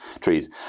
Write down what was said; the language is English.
trees